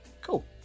Cool